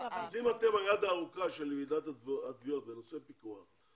אם אתם היד הארוכה של ועידת התביעות בנושא פיקוח,